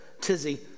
tizzy